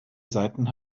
saiten